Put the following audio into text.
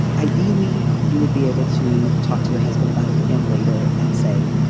ideally, you would be able to talk to your husband about it again later and say